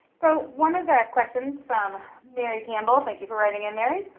so one of the questions from mary campbell. thank you for writing in, mary.